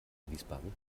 wiesbaden